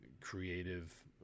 creative